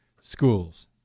schools